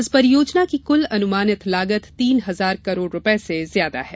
इस परियोजना की कुल अनुमानित लागत तीन हजार करोड़ रुपये से ज्यादा है